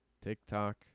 TikTok